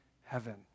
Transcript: heaven